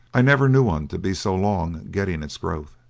i never knew one to be so long getting its growth.